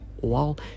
wall